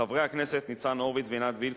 חברי הכנסת ניצן הורוביץ ועינת וילף